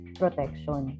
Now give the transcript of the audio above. protection